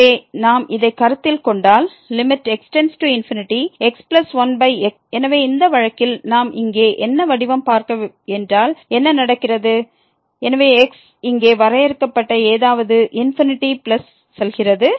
எனவே நாம் இதை கருத்தில் கொண்டால் x1x ⁡ எனவே இந்த வழக்கில் நாம் இங்கே என்ன வடிவம் பார்க்க என்றால் என்ன நடக்கிறது எனவே x இங்கே வரையறுக்கப்பட்ட ஏதாவது ∞ பிளஸ் செல்கிறது